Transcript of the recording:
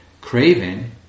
craving